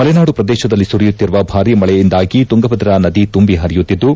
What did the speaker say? ಮಲೆನಾಡು ಪ್ರದೇಶದಲ್ಲಿ ಸುರಿಯುತ್ತಿರುವ ಭಾರಿ ಮಳೆಯಿಂದಾಗಿ ತುಂಗಭದ್ರಾ ನದಿ ತುಂಬಿ ಪರಿಯುತ್ತಿದ್ದು